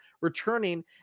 returning